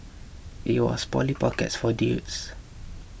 it was Polly Pocket for dudes